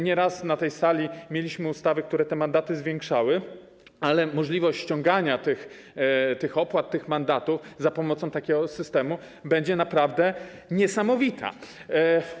Nieraz na tej sali mieliśmy ustawy, które te mandaty zwiększały, ale możliwość ściągania tych opłat, tych mandatów za pomocą takiego systemu będzie naprawdę niesamowita.